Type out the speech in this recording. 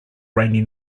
rainy